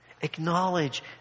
Acknowledge